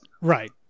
Right